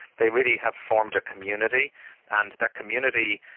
they really have formed a community and that community,